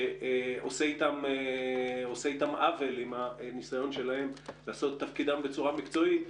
שעושה עוול עם הניסיון של אנשי האוצר לעשות את תפקידם בצורה מקצועית,